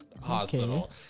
hospital